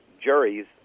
juries